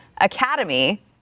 Academy